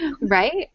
Right